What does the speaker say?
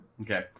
okay